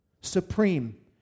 supreme